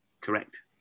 correct